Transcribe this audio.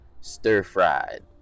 stir-fried